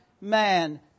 man